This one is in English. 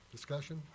Discussion